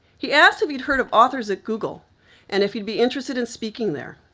he asked if he'd heard of authors ah google and if he'd be interested in speaking there.